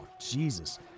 Jesus